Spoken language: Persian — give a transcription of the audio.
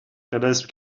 طلسم